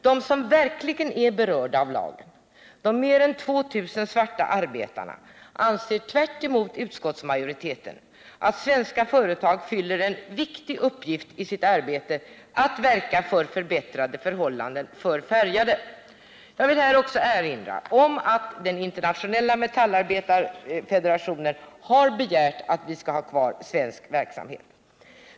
De som verkligen är berörda av lagen — de mer än 2000 svarta arbetarna — anser tvärtemot utskottsmajoriteten att svenska företag fyller en viktig uppgift i sitt arbete att verka för förbättrade förhållanden för färgade. Jag vill här också erinra om att den internationella metallarbetarfederationen har begärt att vi skall ha kvar svensk verksamhet i Sydafrika.